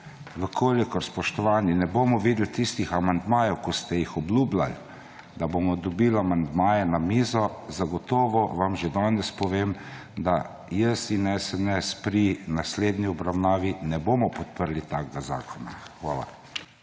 kolikor, spoštovani, ne bomo videli tistih amandmajev, ki ste jih obljubljali, da bomo dobili amandmaje na mizo, zagotovo vam že danes povem, da jaz in SNS pri naslednji obravnavi ne bomo podprli takega zakona. Hvala.